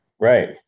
Right